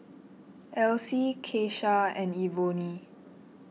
Alcee Kesha and Ebony